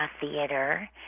theater